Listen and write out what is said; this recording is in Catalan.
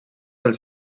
del